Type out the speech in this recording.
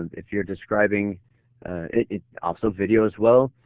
and if you're describing also video as well,